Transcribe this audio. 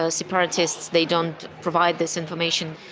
so separatists, they don't provide this information.